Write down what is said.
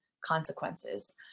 consequences